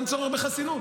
אין צורך בחסינות.